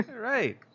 Right